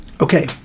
Okay